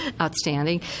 outstanding